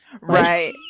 right